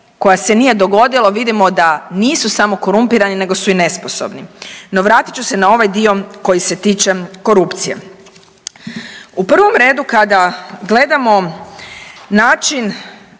koja se nije dogodila vidimo da nisu samo korumpirani nego su i nesposobni. No, vrati ću se na ovaj dio koji se tiče korupcije. U prvom redu kada gledamo način